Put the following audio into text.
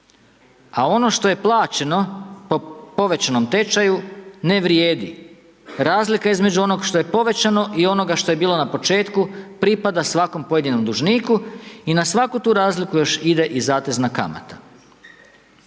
a ono što je plaćeno po povećanom tečaju, ne vrijedi. Razlika između onoga što je povećano i onoga što je bilo na početku, pripada svakom pojedinom dužniku i na svaku tu razliku još ide i zatezna kamata.